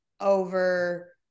over